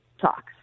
talks